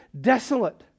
desolate